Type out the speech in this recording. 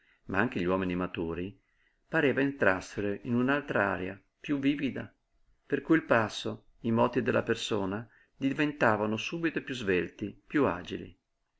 ma anche gli uomini maturi pareva entrassero in un'altra aria piú vivida per cui il passo i moti della persona diventavano subito piú svelti piú agili